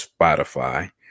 Spotify